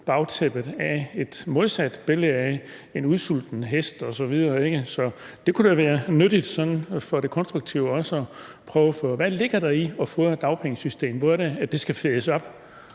bagtæppet af et modsat billede af en udsultet hest osv. Så det kunne da være nyttigt og konstruktivt at finde ud af, hvad der ligger i at fodre dagpengesystemet. Hvor skal det fedes op?